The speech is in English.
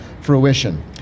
fruition